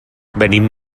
venim